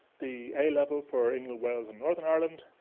the a level for england, wales, and northern ireland,